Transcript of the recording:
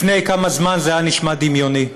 לפני כמה זמן זה היה נשמע דמיוני.